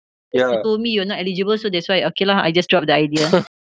you told me you're not eligible so that's why okay lah I just dropped the idea